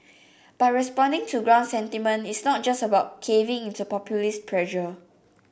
but responding to ground sentiment is not just about caving into populist pressure